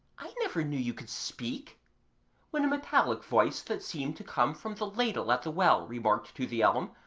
i never knew you could speak when a metallic voice that seemed to come from the ladle at the well remarked to the elm,